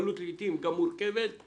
ולעתים גם עם מוגבלת מורכבת,